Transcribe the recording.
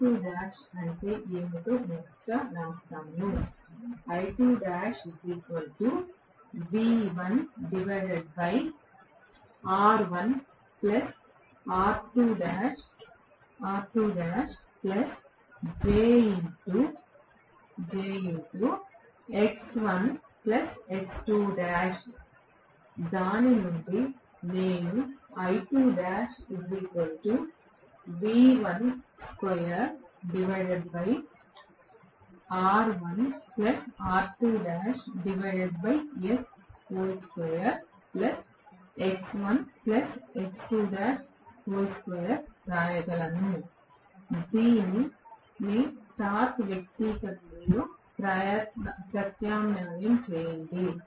I2' అంటే ఏమిటో మొదట వ్రాస్తాను దాని నుండి నేను వ్రాయగలను దీనిని టార్క్ వ్యక్తీకరణలో ప్రత్యామ్నాయం చేయండి